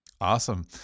Awesome